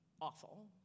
awful